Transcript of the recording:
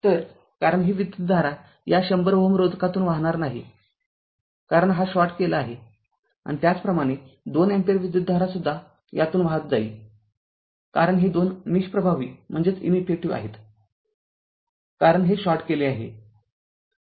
तरकारण ही विद्युतधारा या १०० Ω रोधकातून वाहणार नाही कारण हा शॉर्ट केला आहे आणि त्याचप्रमाणे २ अँपिअर विद्युतधारा सुद्धा यातून वाहत जाईल कारण हे दोन निष्प्रभावी आहेत कारण हे शॉर्ट केले आहे